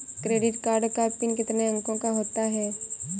Credit card का pin कितने अंकों का होता है?